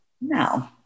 No